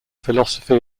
philosophy